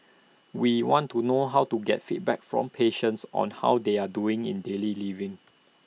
we want to know how to get feedback from patients on how they are doing in daily living